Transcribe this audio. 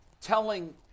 telling